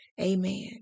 Amen